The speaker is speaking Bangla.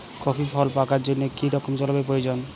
কফি ফল পাকার জন্য কী রকম জলবায়ু প্রয়োজন?